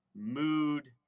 mood